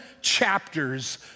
chapters